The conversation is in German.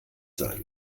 sein